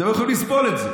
אתם לא יכולים לסבול את זה.